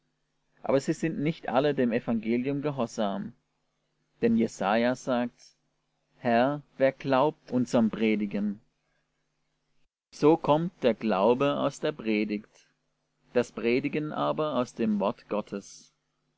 aber sie sind nicht alle dem evangelium gehorsam denn jesaja sagt herr wer glaubt unserm predigen so kommt der glaube aus der predigt das predigen aber aus dem wort gottes